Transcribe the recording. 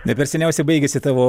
ne per seniausiai baigėsi tavo